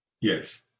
yes